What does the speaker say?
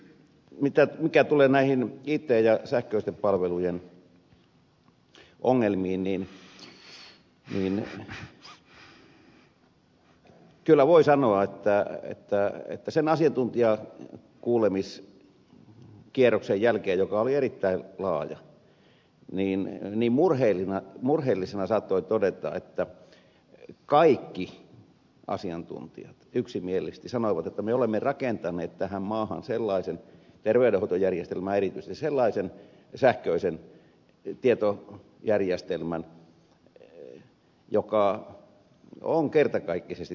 mitä tulee it ja sähköisten palvelujen ongelmiin niin kyllä voi sanoa että sen asiantuntijakuulemiskierroksen jälkeen joka oli erittäin laaja murheellisena saattoi todeta että kaikki asiantuntijat yksimielisesti sanoivat että me olemme rakentaneet tähän maahan sellaisen terveydenhuollon sähköisen tietojärjestelmän joka on kertakaikkisesti täysin susi